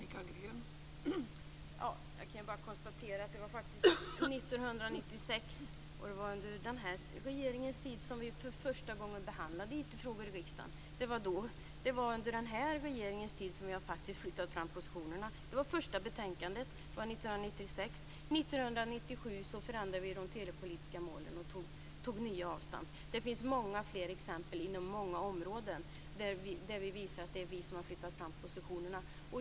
Fru talman! Jag kan bara konstatera att det var 1996, under den här regeringens tid, som vi för första gången behandlade IT-frågor i riksdagen. Det var under den här regeringens tid som vi flyttade fram positionerna. Det första betänkandet kom 1996, och 1997 förändrade vi de telepolitiska målen och tog nya avstamp. Det finns många fler exempel inom olika områden där det framgår att det är vi som har flyttat fram positionerna.